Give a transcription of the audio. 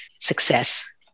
success